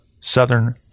Southern